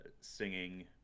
singing